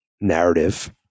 narrative